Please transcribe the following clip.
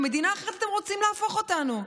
למדינה אחרת אתם רוצים להפוך אותנו.